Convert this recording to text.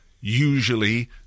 usually